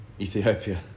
Ethiopia